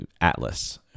Atlas